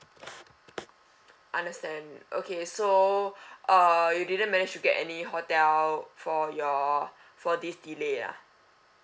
understand okay so uh you didn't manage to get any hotel for your for this delay ah